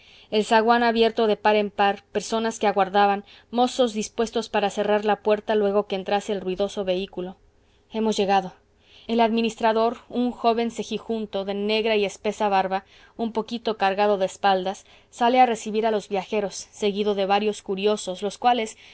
el zaguán abierto de par en par personas que aguardaban mozos dispuestos para cerrar la puerta luego que entrase el ruidoso vehículo hemos llegado el administrador un joven cejijunto de negra y espesa barba un poquito cargado de espaldas sale a recibir a los viajeros seguido de varios curiosos los cuales